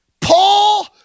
Paul